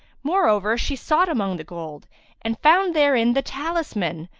moreover, she sought among the gold and found therein the talisman,